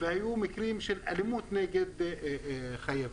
וגם מקרים של אלימות נגד חייבים.